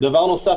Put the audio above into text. דבר נוסף,